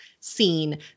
seen